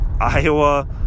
Iowa